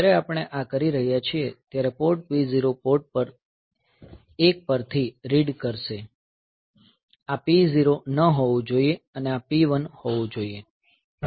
જ્યારે આપણે આ કરી રહ્યા છીએ ત્યારે પોર્ટ P0 પોર્ટ 1 પરથી રીડ કરશે આ P0 ન હોવું જોઈએ અને આ P1 હોવું જોઈએ